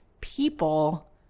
people